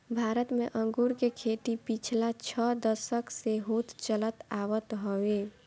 भारत में अंगूर के खेती पिछला छह दशक से होत चलत आवत हवे